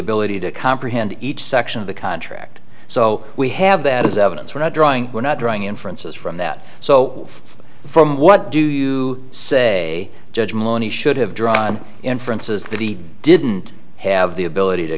ability to comprehend each section of the contract so we have that as evidence we're not drawing we're not drawing inferences from that so from what do you say judge maloney should have drawn inferences that he didn't have the ability to